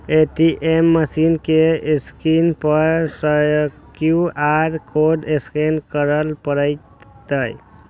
ATM machine के screen पर सं क्यू.आर कोड स्कैन करय पड़तै